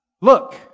Look